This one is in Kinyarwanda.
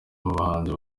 mubahanzi